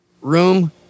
room